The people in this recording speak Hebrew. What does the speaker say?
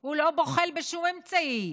הוא לא בוחל בשום אמצעי.